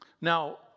Now